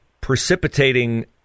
precipitating